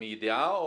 מידיעה?